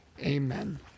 amen